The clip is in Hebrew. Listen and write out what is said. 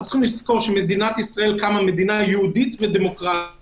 אנחנו צריכים לזכור שמדינת ישראל קמה מדינה יהודית ודמוקרטית.